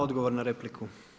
Odgovor na repliku.